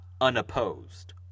unopposed